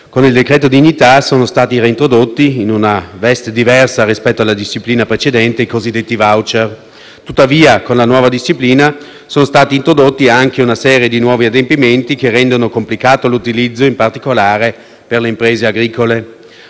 con il decreto dignità sono stati reintrodotti, in una veste diversa rispetto alla disciplina precedente, i cosiddetti *voucher*. Tuttavia con la nuova disciplina è stata introdotta anche una serie di nuovi adempimenti, che ne rendono complicato l'utilizzo, in particolare per le imprese agricole.